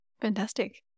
Fantastic